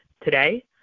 today